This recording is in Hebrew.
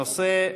הנושא: